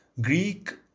greek